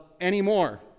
anymore